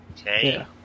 Okay